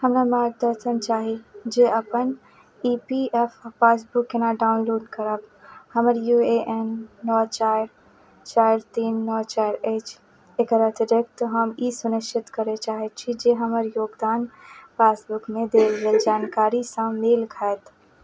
हमरा मार्गदर्शन चाही जे अपन ई पी एफ पासबुक केना डाउनलोड करब हमर यू ए एन नओ चारि चारि तीन नओ चारि अछि एकर अतिरिक्त हम ई सुनिश्चित करय चाहय छी जे हमर योगदान पासबुकमे देल गेल जानकारीसँ मेल खायत